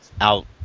out